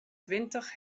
twintich